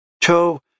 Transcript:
Cho